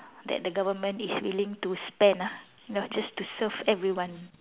that the government is willing to spend ah you know just to serve everyone